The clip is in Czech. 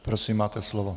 Prosím, máte slovo.